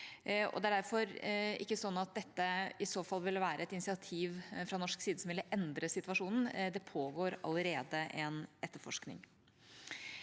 Det er derfor ikke sånn at dette i så fall ville være et initiativ fra norsk side som ville endre situasjonen. Det pågår allerede en etterforskning.